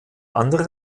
andere